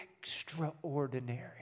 extraordinary